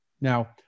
Now